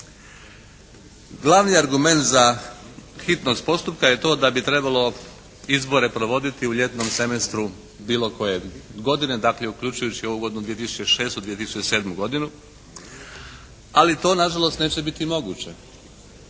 Glavni argument za hitnost postupka je to da bi izbore trebalo provoditi u ljetnom semestru bilo koje godine, dakle uključujući ovu godinu 2006./2007., ali to nažalost neće biti moguće.